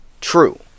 true